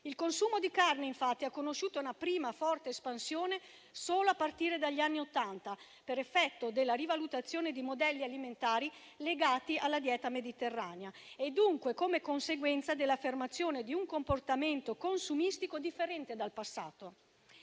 Il consumo di carne, infatti, ha conosciuto una prima forte espansione solo a partire dagli anni Ottanta, per effetto della rivalutazione di modelli alimentari legati alla dieta mediterranea, dunque come conseguenza dell'affermazione di un comportamento consumistico differente dal passato.